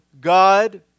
God